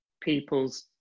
people's